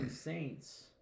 Saints